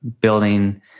building